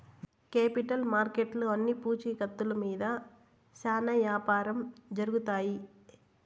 capital మార్కెట్లో అన్ని పూచీకత్తుల మీద శ్యానా యాపారం జరుగుతాయి